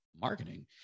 marketing